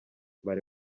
bari